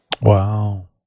Wow